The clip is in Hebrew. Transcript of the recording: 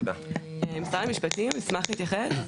משרד המשפטים, אשמח להתייחס.